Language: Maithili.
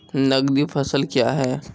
नगदी फसल क्या हैं?